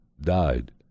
died